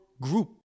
group